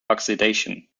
oxidation